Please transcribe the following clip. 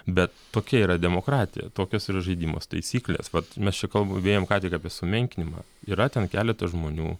bet tokia yra demokratija tokios yra žaidimos taisyklės vat mes čia kalbėjom ką tik apie sumenkinimą yra ten keletas žmonių